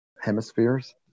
hemispheres